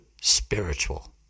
spiritual